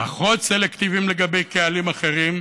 פחות סלקטיביים לגבי קהלים אחרים.